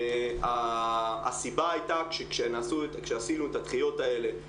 הסיבה הייתה כשעשינו את הדחיות האלה,